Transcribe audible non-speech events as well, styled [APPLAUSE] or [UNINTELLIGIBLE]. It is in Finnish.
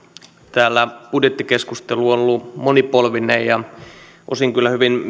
täällä budjettikeskustelu on ollut monipolvinen ja osin kyllä hyvin [UNINTELLIGIBLE]